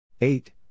Eight